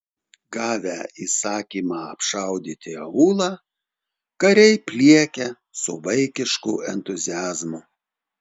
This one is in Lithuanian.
gavę įsakymą apšaudyti aūlą kariai pliekia su vaikišku entuziazmu